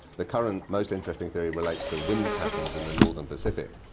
the current most interesting theory relates to wind patterns in the northern pacific.